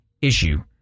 Issue